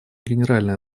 генеральной